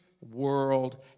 world